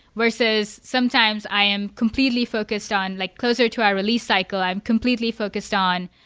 versus sometimes i am completely focused on like closer to our release cycle. i'm completely focused on,